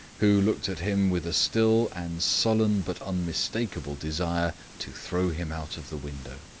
who looked at him with a still and sullen but unmistakable desire to throw him out of the window.